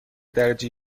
درجه